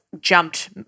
jumped